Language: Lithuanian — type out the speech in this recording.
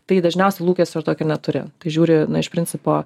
tai dažniausia lūkescio ir tokio neturi tai žiūri iš principo